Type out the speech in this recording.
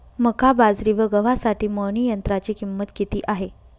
मका, बाजरी व गव्हासाठी मळणी यंत्राची किंमत किती आहे?